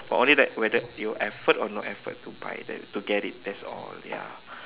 for only that whether you effort or no effort to buy them to get it that's all ya